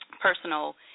personal